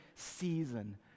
season